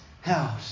house